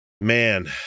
Man